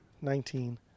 nineteen